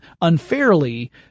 unfairly